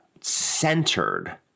centered